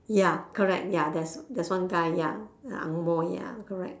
ya correct ya there's there's one guy ya angmoh ya correct